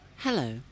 Hello